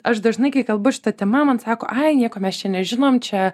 aš dažnai kai kalbu šita tema man sako ai nieko mes čia nežinome čia